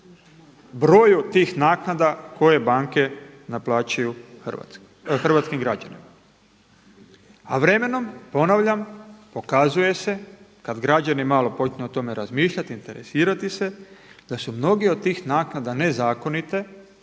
broju tih naknada koje banke naplaćuju hrvatskim građanima. A vremenom ponavljam pokazuje se kad građani malo počnu o tome razmišljati, interesirati se da su mnogi od tih naknada nezakonite